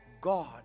God